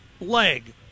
leg